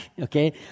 Okay